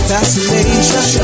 Fascination